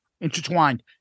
intertwined